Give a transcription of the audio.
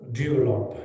develop